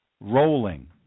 rolling